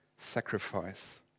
Sacrifice